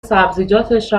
سبزیجاتش